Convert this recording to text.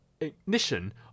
ignition